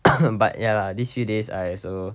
but ya these few days I also